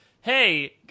hey